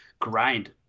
grind